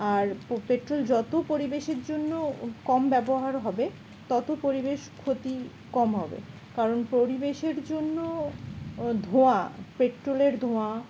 আর petrol যত পরিবেশের জন্য কম ব্যবহার হবে তত পরিবেশ ক্ষতি কম হবে কারণ পরিবেশের জন্য ধোঁয়া পেট্রোলের ধোঁয়া